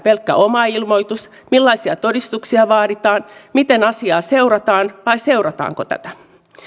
pelkkä oma ilmoitus millaisia todistuksia vaaditaan miten asiaa seurataan vai seurataanko tätä